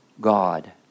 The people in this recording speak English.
God